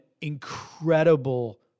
incredible